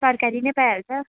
सरकारी नै पाइहाल्छ